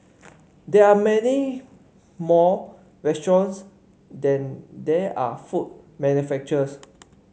there are many more restaurants than there are food manufacturers